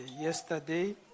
Yesterday